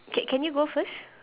okay can you go first